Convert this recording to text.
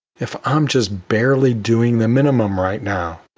if i'm just barely doing the minimum right now.